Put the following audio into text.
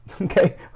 Okay